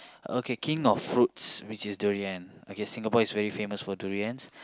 okay king of fruits which is durian okay Singapore is very famous for durians